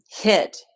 hit